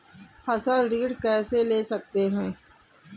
फसल ऋण कैसे ले सकते हैं?